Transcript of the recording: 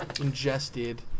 ingested